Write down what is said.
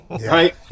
right